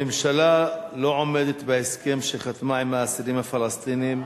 הממשלה לא עומדת בהסכם שחתמה עם האסירים הפלסטינים,